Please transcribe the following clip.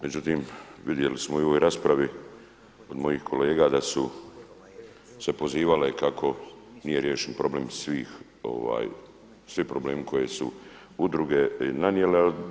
Međutim, vidjeli smo i u ovoj raspravi od mojih kolega da su se pozivale kako nije riješen problem svih, svi problemi koje su udruge nanijele.